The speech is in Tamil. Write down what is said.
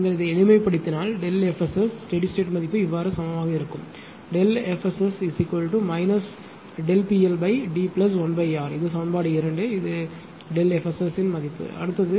நீங்கள் இதை எளிமைப்படுத்தினால் FSS ஸ்டெடி ஸ்டேட் மதிப்பு இவ்வாறு சமமாக இருக்கும் FSS PLD1R இது சமன்பாடு 2 இது ΔF SS மதிப்பு அடுத்தது